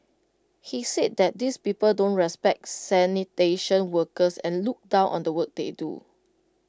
he says that these people don't respect sanitation workers and look down on the work they do